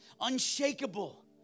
unshakable